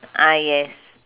ah yes